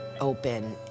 open